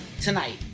Tonight